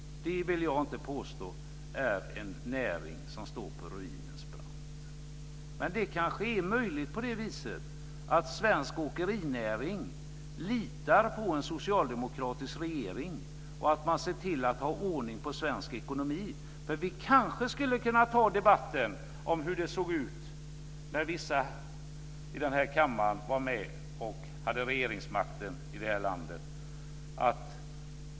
Det vill jag inte påstå är en näring som står på ruinens brant. Men det kanske är på det viset att svensk åkerinäring litar på en socialdemokratisk regering, på att man ser till att ha ordning på svensk ekonomi. Vi kanske skulle kunna ta debatten om hur det såg ut när vissa i den här kammaren var med och hade regeringsmakten i det här landet.